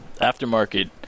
aftermarket